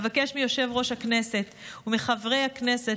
אבקש מיושב-ראש הכנסת ומחברי הכנסת